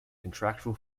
contractual